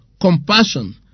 compassion